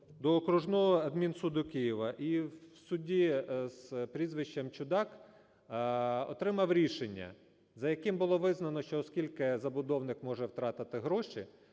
до Окружного адмінсуду Києва. І в судді з прізвищем Чудак отримав рішення, за яким було визнано, що оскільки забудовник може втрати гроші,